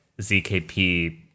ZKP